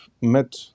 met